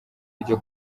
ryo